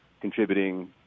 contributing